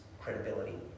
credibility